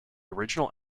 original